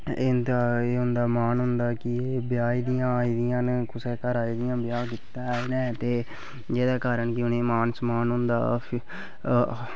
एह् इं'दा मान होंदा ऐ कि ओह् ब्होइयै आई दियां न कुसै घर आई दियां न जेह्दे घर औंदियां न उ'नें बी मान सम्मान हुंदा